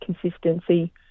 consistency